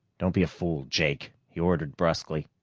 don't be a fool, jake, he ordered brusquely.